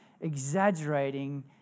exaggerating